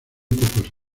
pocos